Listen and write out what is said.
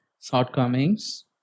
shortcomings